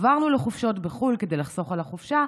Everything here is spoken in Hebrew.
עברנו לחופשות בחו"ל כדי לחסוך על החופשה,